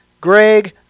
Greg